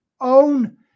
own